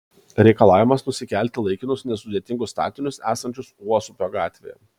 reikalavimas nusikelti laikinus nesudėtingus statinius esančius uosupio gatvėje